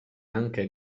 anche